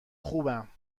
خوبم